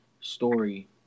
story